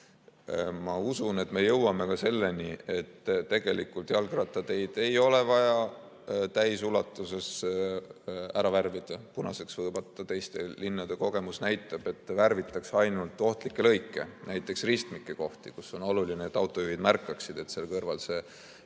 Ma usun, et me jõuame ka selleni, et tegelikult jalgrattateid ei ole vaja täies ulatuses ära värvida, punaseks võõbata. Teiste linnade kogemus näitab, et värvitakse ainult ohtlikke lõike, näiteks ristmike kohti, kus on oluline, et autojuhid märkaksid, et seal kõrval see